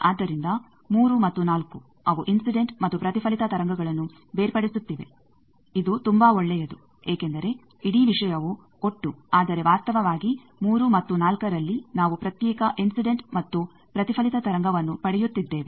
ಆದ್ದರಿಂದ 3 ಮತ್ತು 4 ಅವು ಇನ್ಸಿಡೆಂಟ್ ಮತ್ತು ಪ್ರತಿಫಲಿತ ತರಂಗಗಳನ್ನು ಬೇರ್ಪಡಿಸುತ್ತಿವೆ ಇದು ತುಂಬಾ ಒಳ್ಳೆಯದು ಏಕೆಂದರೆ ಇಡೀ ವಿಷಯವು ಒಟ್ಟು ಆದರೆ ವಾಸ್ತವವಾಗಿ 3 ಮತ್ತು 4 ರಲ್ಲಿ ನಾವು ಪ್ರತ್ಯೇಕ ಇನ್ಸಿಡೆಂಟ್ ಮತ್ತು ಪ್ರತಿಫಲಿತ ತರಂಗವನ್ನು ಪಡೆಯುತ್ತಿದ್ದೇವೆ